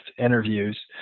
interviews